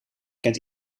kent